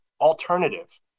alternative